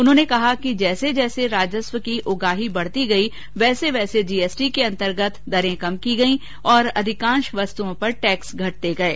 उन्होंने कहा कि जैसे जैसे राजस्व की उगाही बढ़ती गई वैसे वैसे जी एस टी के अंतर्गत दरें कम की गई और अधिकांश वस्तुओं पर टैक्स घटते गये